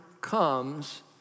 comes